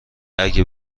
اگه